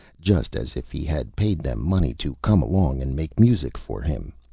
just as if he had paid them money to come along and make music for him.